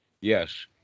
Yes